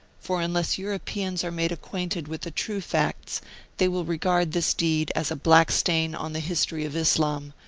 for unless europeans are made acquainted with the true facts they will regard this deed as a black stain on the history of islam,